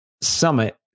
Summit